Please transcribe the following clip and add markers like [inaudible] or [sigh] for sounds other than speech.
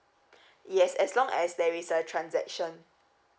[breath] yes as long as there is a transaction